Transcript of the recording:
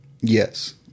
Yes